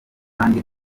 kandi